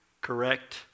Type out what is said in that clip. correct